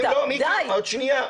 לא, מיקי, עוד שנייה.